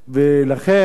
לכן,